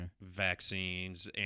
vaccines